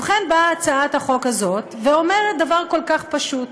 ובכן, באה הצעת החוק הזאת ואומרת דבר כל כך פשוט: